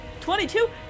22